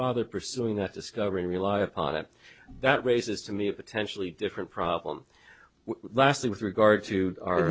bother pursuing that discovery rely upon it that raises to me potentially different problem lastly with regard to our